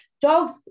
Dogs